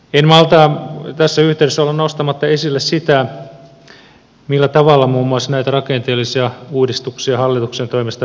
en malta tässä yhteydessä olla nostamatta esille sitä millä tavalla muun muassa näitä rakenteellisia uudistuksia hallituksen toimesta perustellaan